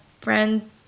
friend